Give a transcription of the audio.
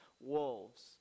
wolves